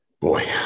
Boy